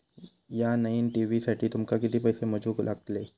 या नईन टी.व्ही साठी तुमका किती पैसे मोजूक लागले?